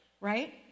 Right